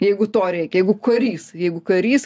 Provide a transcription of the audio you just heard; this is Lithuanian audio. jeigu to reikia jeigu karys jeigu karys